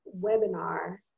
webinar